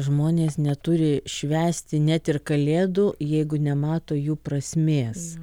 žmonės neturi švęsti net ir kalėdų jeigu nemato jų prasmės